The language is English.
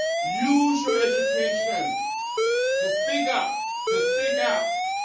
use your education to speak up, to speak out